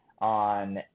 on